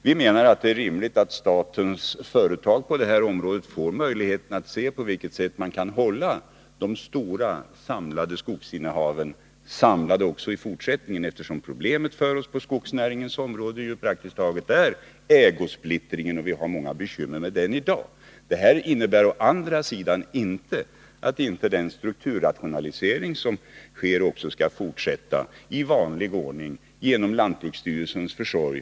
Vi anser att det är rimligt att statens företag på det här området får möjlighet att överväga på vilket sätt man skall kunna bibehålla de stora skogsinnehaven samlade också i fortsättningen. Problemet för oss på skogsnäringens område är ju ägosplittringen, som vi i dag har många bekymmer med. Det innebär å andra sidan inte att den strukturrationalisering som sker inte skall fortsätta i vanlig ordning genom lantbruksstyrelsens försorg.